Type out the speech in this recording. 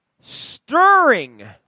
stirring